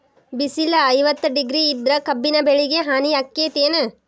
ಬಿಸಿಲ ಐವತ್ತ ಡಿಗ್ರಿ ಇದ್ರ ಕಬ್ಬಿನ ಬೆಳಿಗೆ ಹಾನಿ ಆಕೆತ್ತಿ ಏನ್?